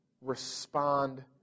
respond